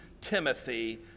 Timothy